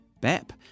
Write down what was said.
BEP